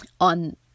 on